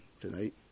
tonight